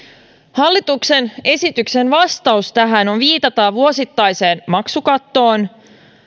hallituksen esityksen vastaus tähän on viitata vuosittaiseen maksukattoon